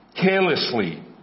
carelessly